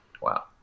wow